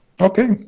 Okay